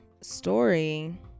story